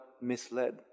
misled